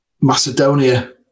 Macedonia